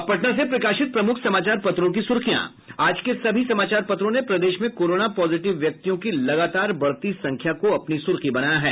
अब पटना से प्रकाशित प्रमुख समाचार पत्रों की सुर्खियां आज के सभी समाचार पत्रों ने प्रदेश में कोरोना पॉजिटिव व्यक्तियों की लगातार बढ़ती संख्या को अपनी सुर्खी बनाया है